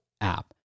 app